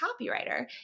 copywriter